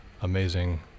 amazing